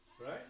Right